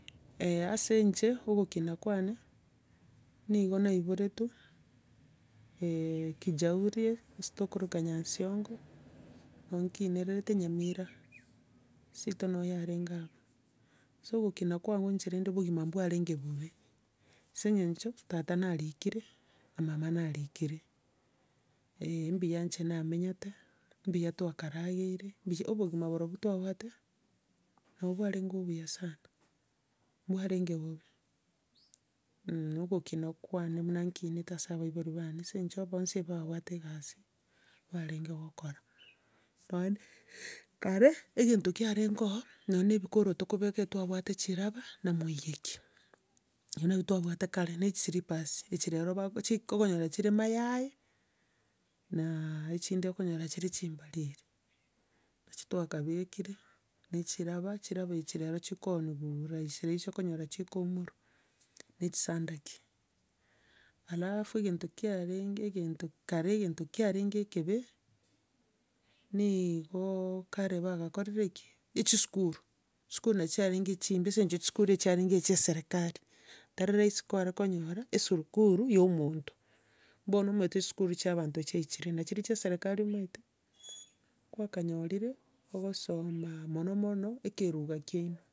ase inche, ogokina kwane, nigo naiboretwe kijauri ase tokoroka nyansiongo, nabo nkinerete nyamira. Seito nabo yarenge iga abwo. Ase ogikina kwane inche rende obogima mbwarenge bobe, ase eng'encho, tata narikire, na mama narikire, eh. Mbuya nche namenyete, mbuya twakarageire, mbuya, obogima borobwo twabate, nabo bwarenge obuya sana, mbwarenge bobe, mh. Ogokina kwane buna nkinete ase abaibori bane, ase eng'encho bonsi ebabwate egasi, barenge kogora. Nonya kare, egento kiarengo ororo, nonya ebikoroto kobeka, etwabate chiraba namwaigekia, ebi nabio twabate kare, na echislippers echi rero, chi- okonyora chire mayai, na echinde okonyora chire chimbariri. Nachi twakabekire, na echiraba, chiraba echi rero, chikooniwa rahisi rahisi okonyora chikoumorwa, na echisandaki. Alafu egento kiarenge egento kare egento kiarenge ekebe, nigo kare bagakorire ki? Chisukuru. Chisukuru nachi chiarenge chimbe ase eng'encho chisukuru chiarege chia eserekari. Tari rahisi kware konyora, esurukuru, ya omonto. Bono omanyete esukuru chia abanto chiachirie, nachiria chia eserekari omanyete, kwakanyorire ogosoma, mono mono ekeruga kiano.